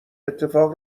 اتفاق